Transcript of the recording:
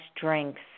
drinks